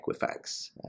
Equifax